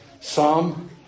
Psalm